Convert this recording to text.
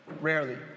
rarely